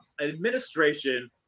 administration